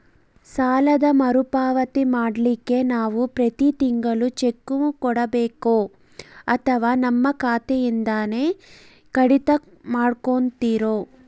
ಸಾಲದ ಮರುಪಾವತಿ ಮಾಡ್ಲಿಕ್ಕೆ ನಾವು ಪ್ರತಿ ತಿಂಗಳು ಚೆಕ್ಕು ಕೊಡಬೇಕೋ ಅಥವಾ ನಮ್ಮ ಖಾತೆಯಿಂದನೆ ಕಡಿತ ಮಾಡ್ಕೊತಿರೋ?